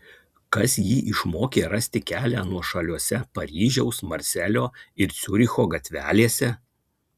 kas jį išmokė rasti kelią nuošaliose paryžiaus marselio ir ciuricho gatvelėse